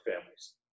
families